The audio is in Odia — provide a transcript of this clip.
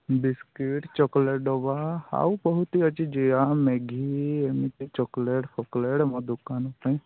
ବିସ୍କୁଟ୍ ଚକୋଲେଟ୍ ଡବା ଆଉ ବହୁତ ହି ଅଛି ଜିରା ମ୍ୟାଗି ଏମିତି ଚକୋଲେଟ୍ ଫକଲେଟ୍ ମୋ ଦୋକାନ ପାଇଁ